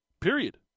Period